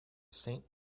saint